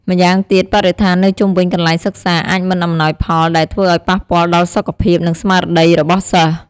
ម្យ៉ាងទៀត បរិស្ថាននៅជុំវិញកន្លែងសិក្សាអាចមិនអំណោយផល ដែលធ្វើអោយប៉ះពាល់ដល់សុខភាព និងស្មារតីរបស់សិស្ស។